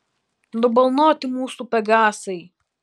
nubalnoti mūsų pegasai